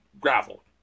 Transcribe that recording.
gravel